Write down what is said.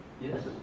Yes